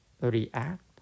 react